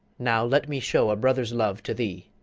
now let me show a brother's love to thee.